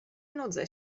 nudzę